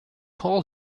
call